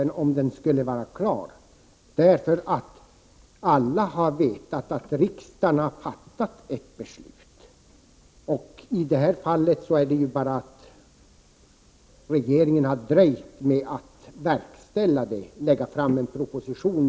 Alla har nämligen vetat att riksdagen har fattat ett beslut och att det i det här fallet är regeringen som dröjt med att verkställa beslutet, dvs. med att lägga fram en proposition.